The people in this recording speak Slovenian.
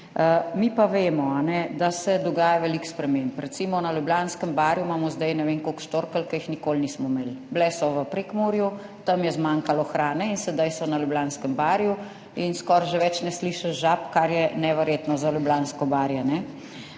Mi pa vemo, da se dogaja veliko sprememb. Na Ljubljanskem barju imamo recimo zdaj ne vem koliko štorkelj, ki jih nikoli nismo imeli. Bile so v Prekmurju, tam je zmanjkalo hrane in sedaj so na Ljubljanskem barju in skoraj že več ne slišiš žab, kar je neverjetno za Ljubljansko barje.